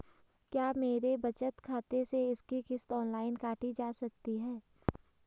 क्या मेरे बचत खाते से इसकी किश्त ऑनलाइन काटी जा सकती है?